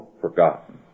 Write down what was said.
forgotten